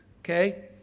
Okay